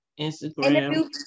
Instagram